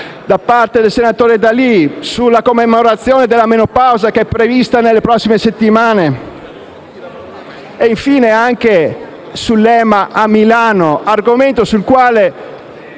da parte del senatore D'Alì sulla commemorazione della menopausa, che è prevista nelle prossime settimane, e infine anche sull'EMA a Milano, argomento sul quale